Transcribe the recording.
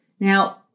Now